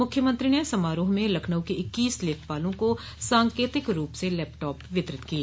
मुख्यमंत्री ने समारोह में लखनऊ के इक्कीस लेखपालों को सांकेतिक रूप से लैपटॉप वितरित किये